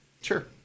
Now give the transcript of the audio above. sure